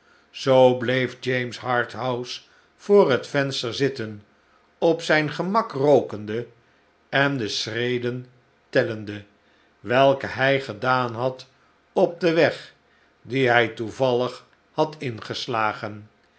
zoo bleef james harthouse voor het venster zitten op zijn gemak rookende en de schreden tellende welke hij gedaan had op den weg dien hij toevallig hadingeslagen